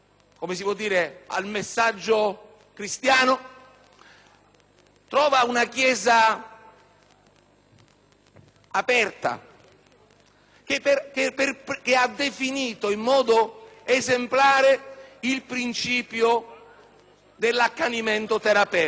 trovi una Chiesa aperta, che ha definito in modo esemplare il principio dell'accanimento terapeutico evidenziando la necessità